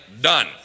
done